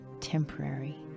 temporary